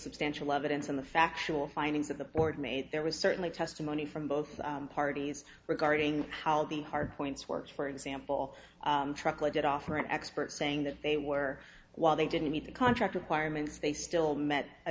substantial evidence in the factual findings of the board made there was certainly testimony from both parties regarding how the hard points work for example truck legit offer an expert saying that they were while they didn't meet the contract requirements they still met i